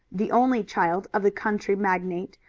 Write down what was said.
the only child of the country magnate,